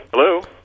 Hello